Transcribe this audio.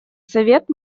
совет